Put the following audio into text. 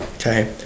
Okay